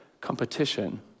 competition